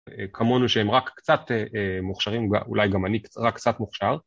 כמונו שהם רק קצת מוכשרים, אולי גם אני רק קצת מוכשר.